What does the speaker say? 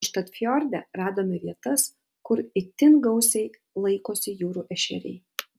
užtat fjorde radome vietas kur itin gausiai laikosi jūrų ešeriai